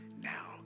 now